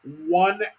one